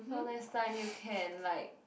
so next time you can like